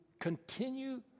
continue